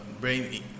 brain